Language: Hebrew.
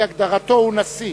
על-פי הגדרתו הוא נשיא.